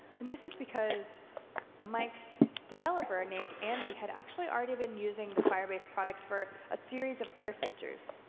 and this is because mike's developer named andy had actually already been using the firebase product for a series of other features,